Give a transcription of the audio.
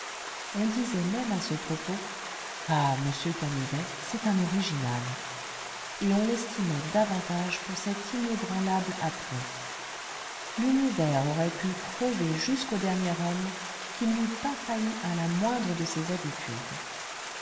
on disait même à ce propos ah m canivet c'est un original et on l'estimait davantage pour cet inébranlable aplomb l'univers aurait pu crever jusqu'au dernier homme qu'il n'eût pas failli à la moindre de ses habitudes